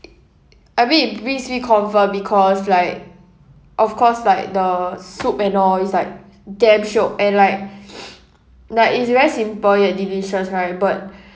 I mean it brings me comfort because like of course like the soup and oil is like damn shiok and like like it's very simple yet delicious right but